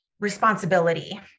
Responsibility